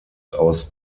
aus